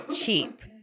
cheap